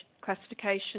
classification